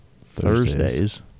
Thursdays